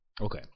Okay